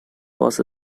was